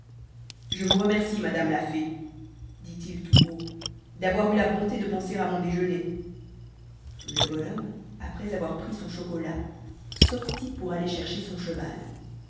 je vous remercie madame la fée dit-il tout haut d'avoir eu la bonté de penser à mon déjeuner le bon homme après avoir pris son chocolat sortit pour aller chercher son cheval